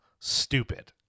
stupid